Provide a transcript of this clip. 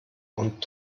und